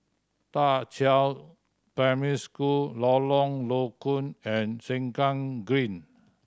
Da Qiao Primary School Lorong Low Koon and Sengkang Green